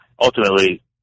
ultimately